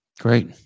Great